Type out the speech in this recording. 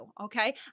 Okay